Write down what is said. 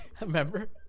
Remember